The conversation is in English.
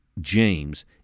James